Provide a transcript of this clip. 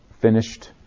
finished